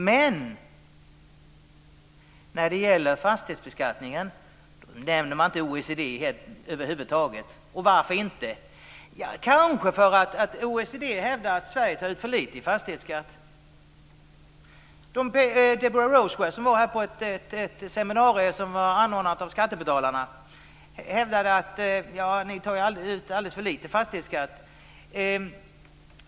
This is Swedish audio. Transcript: Men när det gäller fastighetsbeskattningen nämner de inte OECD över huvud taget. Varför gör de inte det? Det är kanske för att OECD hävdar att Sverige tar ut för lite i fastighetsskatt. Deborah Roseveare, som var här på ett seminarium som var anordnat av Skattebetalarna, hävdade att vi tar ut alldeles för lite fastighetsskatt.